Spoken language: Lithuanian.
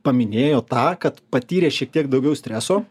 paminėjo tą kad patyrė šiek tiek daugiau streso